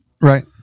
Right